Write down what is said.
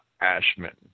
Ashman